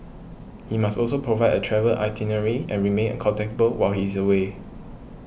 he must also provide a travel itinerary and remain contactable while he's away